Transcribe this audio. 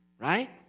right